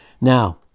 Now